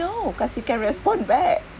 because you can respond back